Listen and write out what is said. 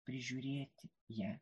prižiūrėti ją